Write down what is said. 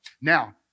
Now